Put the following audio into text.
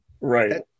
Right